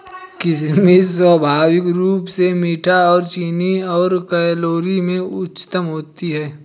किशमिश स्वाभाविक रूप से मीठी और चीनी और कैलोरी में उच्च होती है